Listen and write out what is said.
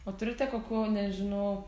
o turite kokių nežinau